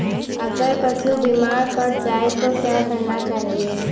अगर पशु बीमार पड़ जाय तो क्या करना चाहिए?